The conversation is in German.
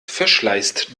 verschleißt